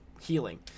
healing